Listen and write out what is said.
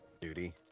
duty